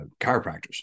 chiropractors